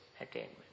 attainment